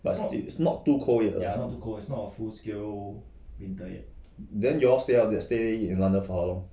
but it's not too cold yet lah then you all stay out there stay in london for how long